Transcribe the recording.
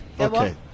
Okay